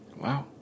Wow